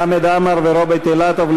חמד עמאר ורוברט אילטוב,